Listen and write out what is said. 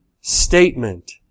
statement